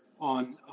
on